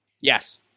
Yes